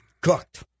cooked